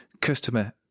customer